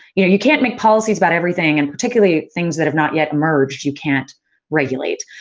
you know, you can't make policies about everything and particularly, things that have not yet emerged, you can't regulate.